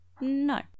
No